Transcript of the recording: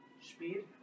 speed